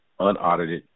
unaudited